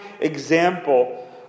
example